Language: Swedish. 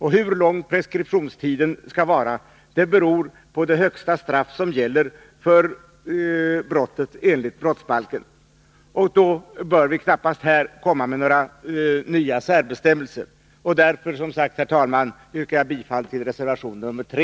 Hur lång preskriptionstiden skall vara beror på det högsta straff som gäller för brottet enligt brottsbalken, och då bör vi knappast här komma med några nya särbestämmelser. Därför, herr talman, yrkar jag bifall till reservationen nr 3.